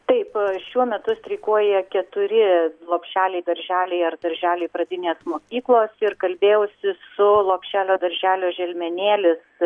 taip šiuo metu streikuoja keturi lopšeliai darželiai ar darželiai pradinės mokyklos ir kalbėjausi su lopšelio darželio želmenėlis